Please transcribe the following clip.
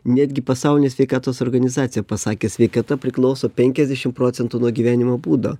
netgi pasaulinė sveikatos organizacija pasakė sveikata priklauso penkiasdešim procentų nuo gyvenimo būdo